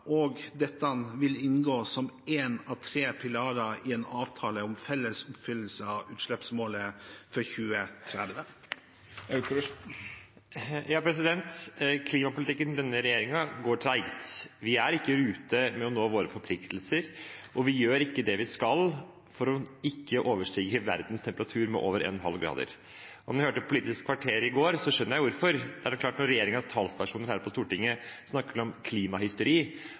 og dette vil inngå som én av tre pilarer i en avtale om felles oppfyllelse av utslippsmålet for 2030. Klimapolitikken til denne regjeringen går tregt. Vi er ikke i rute med å nå våre forpliktelser, og vi gjør ikke det vi skal for ikke å overstige verdens temperatur med over 1,5 grader. Og ut fra det jeg hørte på Politisk kvarter i går, skjønner jeg hvorfor. Det er klart at når regjeringens talspersoner her på Stortinget snakker om